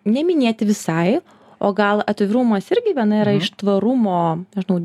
neminėti visai o gal atvirumas irgi viena yra iš tvarumo nežinau